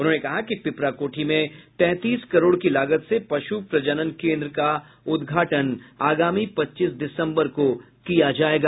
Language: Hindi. उन्होंने कहा कि पिपरा कोठी में तैंतीस करोड़ की लागत से पशु प्रजनन केन्द्र का उद्घाटन आगामी पच्चीस दिसंबर को किया जाएगा